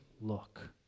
look